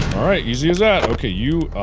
alright easy as that. okay you